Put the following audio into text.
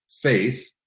faith